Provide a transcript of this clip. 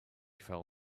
fell